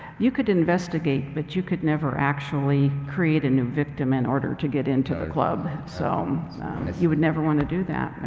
you could investigate but you could never actually create a new victim in order to get into the club. so you would never wanna do that. ah